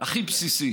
הכי בסיסי